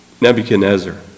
Nebuchadnezzar